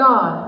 God